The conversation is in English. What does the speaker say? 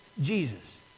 Jesus